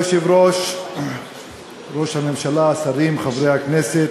כבוד היושב-ראש, ראש הממשלה, השרים, חברי הכנסת,